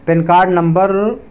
pan card number